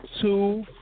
two